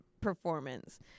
performance